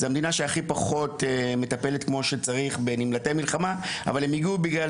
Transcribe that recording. זאת המדינה שהכי פחות מטפלת כמו שצריך בנמלטי מלחמה אבל הם הגיעו בגלל